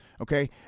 Okay